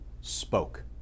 spoke